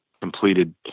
completed